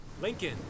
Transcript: Lincoln